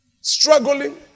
struggling